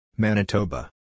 Manitoba